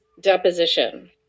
deposition